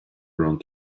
around